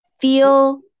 feel